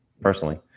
Personally